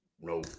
no